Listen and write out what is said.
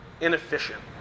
inefficient